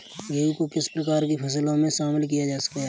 गेहूँ को किस प्रकार की फसलों में शामिल किया गया है?